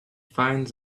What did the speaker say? find